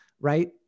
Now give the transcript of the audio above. Right